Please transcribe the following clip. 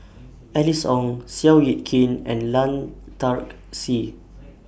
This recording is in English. Alice Ong Seow Yit Kin and Lan Dark Sye